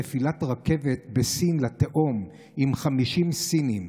נפילת רכבת בסין לתהום עם 50 סינים,